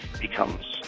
becomes